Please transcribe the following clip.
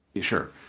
Sure